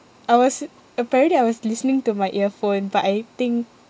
I was apparently I was listening to my earphone but I think